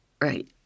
right